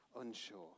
unsure